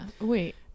wait